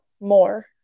more